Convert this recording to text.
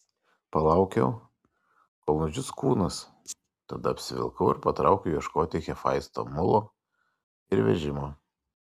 palaukiau kol nudžius kūnas tada apsivilkau ir patraukiau ieškoti hefaisto mulo ir vežimo